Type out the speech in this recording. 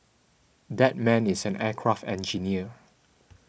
that man is an aircraft engineer